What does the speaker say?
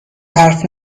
حرف